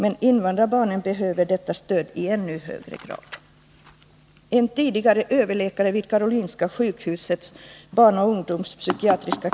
Men invandrarbarnen behöver detta stöd i särskilt hög grad.